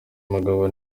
mugabo